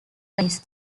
rice